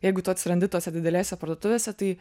jeigu tu atsirandi tose didelėse parduotuvėse tai